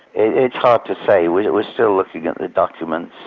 it's hard to say we're we're still looking at the documents.